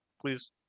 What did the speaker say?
please